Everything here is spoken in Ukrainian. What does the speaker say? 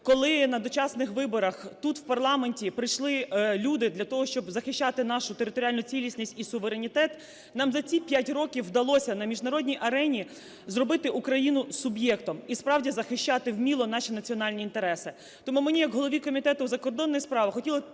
коли на дочасних виборах тут в парламент прийшли люди для того, щоб захищати нашу територіальну цілісність і суверенітет, нам за ці 5 років вдалося на міжнародній арені зробити Україну суб'єктом і справді захищати вміло наші національні інтереси. Тому мені як голові Комітету у закордонних справах хотілося